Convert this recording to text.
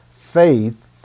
faith